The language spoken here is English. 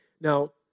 Now